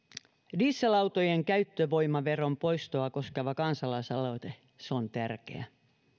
dieselautojen käyttövoimaveron poistoa koskeva kansalaisaloite se on tärkeä